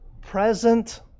present